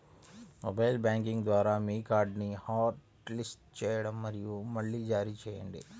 mobile banking ద్వారా మీ కార్డ్ని హాట్లిస్ట్ చేయండి మరియు మళ్లీ జారీ చేయండి